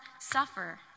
suffer